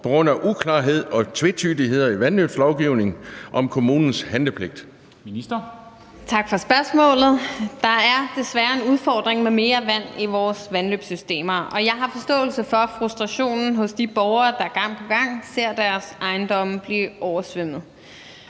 Kristensen): Ministeren. Kl. 14:23 Miljøministeren (Lea Wermelin): Tak for spørgsmålet. Der er desværre en udfordring med mere vand i vores vandløbssystemer, og jeg har forståelse for frustrationen hos de borgere, der gang på gang ser deres ejendomme blive oversvømmet.